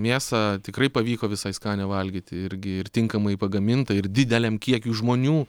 mėsą tikrai pavyko visai skanią valgyti irgi ir tinkamai pagaminta ir dideliam kiekiui žmonių